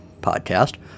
podcast